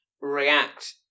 react